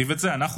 סדר-היום,